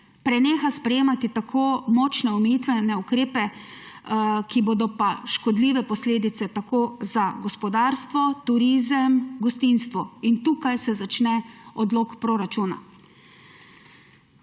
preneha sprejemati tako močne omejitvene ukrepe, ker bodo škodljive posledice tako za gospodarstvo, turizem, gostinstvo. In tukaj se začne odlok proračuna.